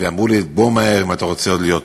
ואמרו לי: בוא מהר, אם אתה רוצה עוד להיות פה.